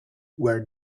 where